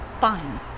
Fine